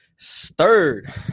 Third